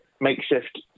makeshift